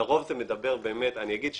לרוב, זה מדבר באמת אני אגיד,